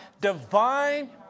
divine